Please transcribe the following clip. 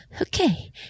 Okay